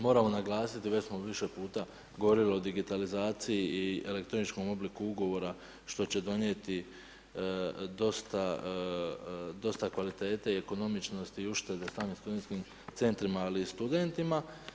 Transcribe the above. Moramo naglasiti, već smo više puta govorili o digitalizaciji i elektroničkom obliku ugovora što će donijeti dosta kvalitete i ekonomičnosti i uštede sam studentskim centrima ali i studentima.